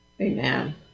Amen